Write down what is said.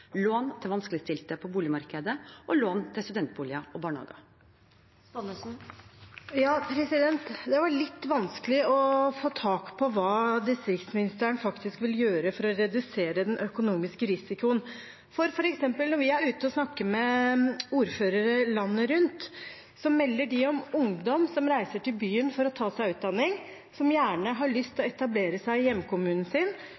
lån til boligkvalitet, lån til vanskeligstilte på boligmarkedet og lån til studentboliger og barnehager. Det var litt vanskelig å få tak i hva distriktsministeren faktisk vil gjøre for å redusere den økonomiske risikoen. Når vi f.eks. er ute og snakker med ordførere landet rundt, melder de om ungdom som reiser til byen for å ta seg utdanning, som gjerne har lyst til å etablere seg i hjemkommunen sin